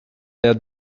that